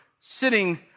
sitting